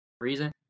Reason